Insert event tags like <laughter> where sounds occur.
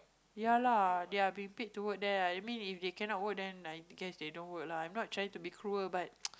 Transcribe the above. ya lah they're being paid to work there ah I mean if they cannot work then like I guess they don't work lah I'm not trying to be cruel but <noise>